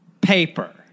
paper